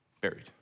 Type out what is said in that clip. buried